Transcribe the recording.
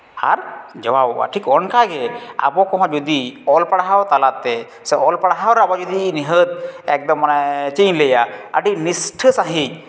ᱟᱨ ᱡᱚᱵᱟᱵᱚᱜᱼᱟ ᱟᱨ ᱴᱷᱤᱠ ᱚᱱᱠᱟᱜᱮ ᱟᱵᱚ ᱠᱚᱦᱚᱸ ᱡᱩᱫᱤ ᱚᱞ ᱯᱟᱲᱦᱟᱣ ᱛᱟᱞᱟᱛᱮ ᱥᱮ ᱚᱞ ᱯᱟᱲᱦᱟᱣ ᱨᱮ ᱟᱵᱚ ᱡᱩᱫᱤ ᱱᱤᱦᱟᱹᱛ ᱮᱠᱫᱚᱢ ᱪᱮᱫ ᱤᱧ ᱞᱟᱹᱭᱟ ᱟᱹᱰᱤ ᱱᱤᱥᱴᱷᱟᱹ ᱥᱟᱺᱦᱤᱡ